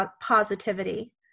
positivity